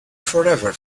forever